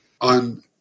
on